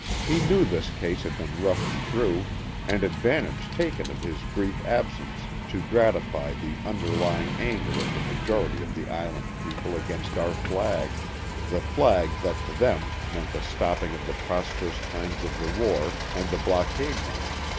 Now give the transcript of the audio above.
he knew this case had been rushed through and advantage taken of his brief absence to gratify the underlying anger of the majority of the island people against our flag the flag that to them meant the stopping of the prosperous times of the war and the blockade-running.